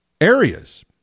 areas